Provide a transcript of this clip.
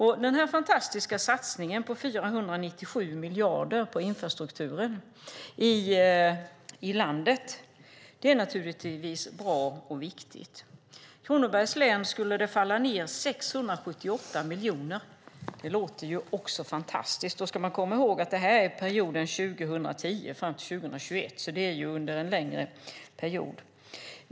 Denna fantastiska satsning på infrastrukturen i landet med 497 miljarder kronor är naturligtvis bra och viktig. I Kronobergs län skulle det falla ned 678 miljoner. Det låter också fantastiskt. Men man ska komma ihåg att det gäller en längre period, 2010-2021.